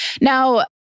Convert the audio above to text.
Now